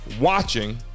watching